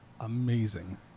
amazing